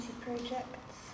Projects